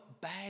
bad